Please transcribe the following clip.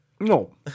No